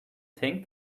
think